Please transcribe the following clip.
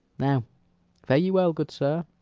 now fare ye well, good sir.